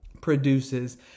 produces